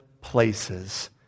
places